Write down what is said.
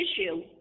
issue